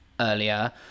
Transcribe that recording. earlier